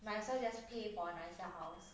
I also just pay for nicer house